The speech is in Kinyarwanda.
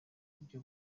bw’ibyo